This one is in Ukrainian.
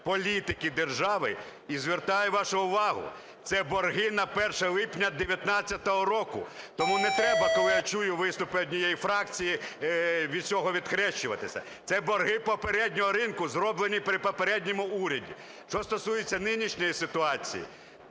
політики держави. І звертаю вашу увагу, це борги на 1 липня 19-го року. Тому не треба, коли я чую виступи однієї фракції, від цього відхрещуватися. Це борги попереднього ринку, зроблені при попередньому уряді. Що стосується нинішньої ситуації,